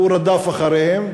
הוא רדף אחריהם,